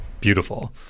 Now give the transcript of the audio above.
beautiful